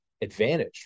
advantage